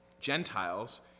Gentiles